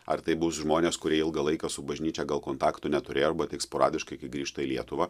ar tai bus žmonės kurie ilgą laiką su bažnyčia gal kontaktų neturėjo arba tik sporadiškai kai grįžta į lietuvą